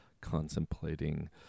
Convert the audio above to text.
contemplating